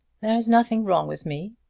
there is nothing wrong with me,